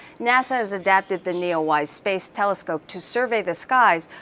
nasa has adapted the neowise space telescope to survey the skies,